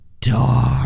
dark